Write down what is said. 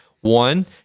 one